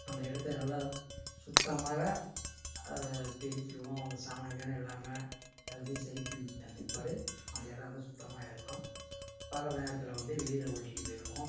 அந்த இடத்த நல்லா சுத்தமாக பெருக்கிடுவோம் அந்த சாணம் கீணம் இல்லாமல் எல்லாத்தையும் சரி பண்ண பிற்பாடு அந்த இடம் வந்து சுத்தமாக இருக்கும் பகல் நேரத்தில் வந்து வெளியில் ஓட்டிகிட்டு போயிடுவோம்